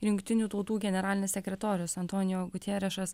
jungtinių tautų generalinis sekretorius antonijo gutierešas